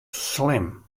slim